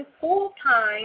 full-time